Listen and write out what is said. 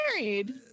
married